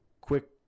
quick